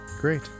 Great